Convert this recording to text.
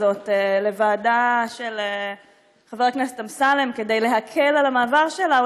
הזאת לוועדה של חבר הכנסת אמסלם כדי להקל את המעבר שלה,